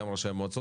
גם ראשי מועצות,